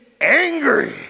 angry